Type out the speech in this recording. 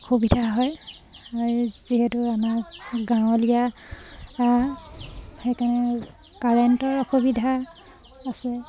অসুবিধা হয় আৰু যিহেতু আমাৰ গাঁৱলীয়া সেইকাৰণে কাৰেণ্টৰ অসুবিধা আছে